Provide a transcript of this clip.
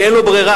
כי אין לו ברירה,